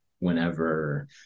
whenever